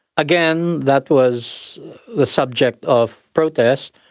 again, that was the subject of protest.